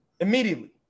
immediately